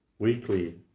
weekly